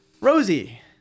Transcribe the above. Rosie